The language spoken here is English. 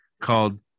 called